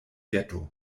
getto